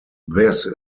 this